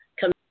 come